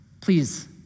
please